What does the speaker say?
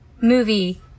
movie